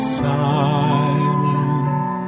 silent